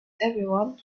everyone